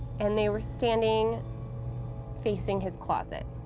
and they were standing facing his closet.